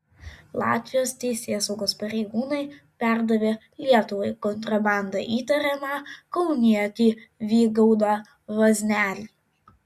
latvijos teisėsaugos pareigūnai perdavė lietuvai kontrabanda įtariamą kaunietį vygaudą vaznelį